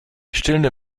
stillende